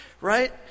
Right